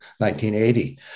1980